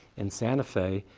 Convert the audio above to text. in santa fe,